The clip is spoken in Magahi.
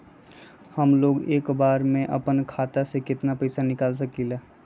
हमलोग एक बार में अपना खाता से केतना पैसा निकाल सकेला?